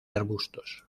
arbustos